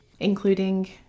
including